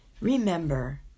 remember